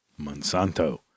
Monsanto